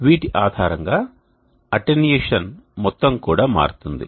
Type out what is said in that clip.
వీటి ఆధారంగా అటెన్యుయేషన్ మొత్తం కూడా మారుతుంది